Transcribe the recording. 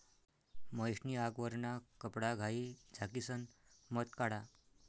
महेश नी आगवरना कपडाघाई झाकिसन मध काढा